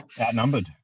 outnumbered